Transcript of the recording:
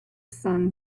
sun